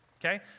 okay